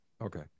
okay